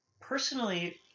Personally